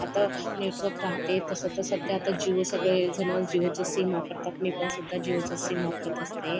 आता नेटवर्क राहते तसं तर सध्या आता जिओ सगळेजणं जिओचं सिम वापरतात मी पण सध्या जिओचं सिम वापरत असते